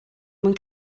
mwyn